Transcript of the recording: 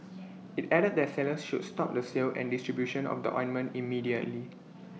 IT added that sellers should stop the sale and distribution of the ointment immediately